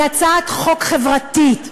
היא הצעת חוק חברתית,